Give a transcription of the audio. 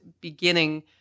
beginning